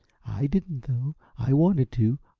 i didn't, though! i wanted to,